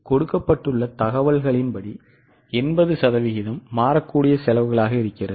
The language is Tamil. இங்கு கொடுக்கப்பட்டுள்ள தகவல்களின்படி 80 சதவீதம் மாறக்கூடிய செலவுகளாக உள்ளது